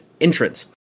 entrance